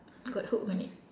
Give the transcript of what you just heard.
got hooked on it